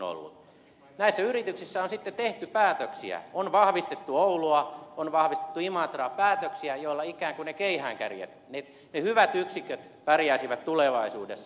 näissä yrityksissä on sitten tehty päätöksiä on vahvistettu oulua on vahvistettu imatraa päätöksiä joilla ikään kuin ne keihäänkärjet ne hyvät yksiköt pärjäisivät tulevaisuudessa